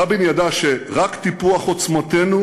רבין ידע שרק טיפוח עוצמותינו